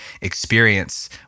experience